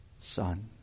Son